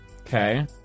Okay